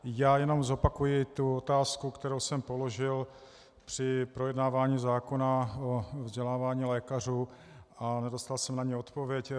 Já jenom zopakuji otázku, kterou jsem položil při projednávání zákona o vzdělávání lékařů, a nedostal jsem na ni odpověď.